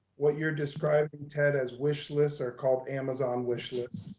what you're describing ted as wishlists are called amazon wishlist.